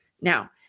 Now